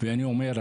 ואני אומר,